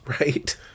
right